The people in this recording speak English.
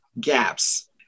gaps